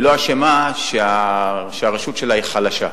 והיא לא אשמה שהרשות שלה היא חלשה.